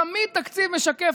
תמיד תקציב משקף.